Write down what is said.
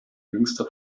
jüngster